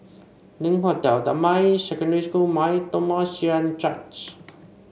Link Hotel Damai Secondary School Mar Thoma Syrian Church